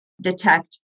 detect